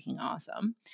awesome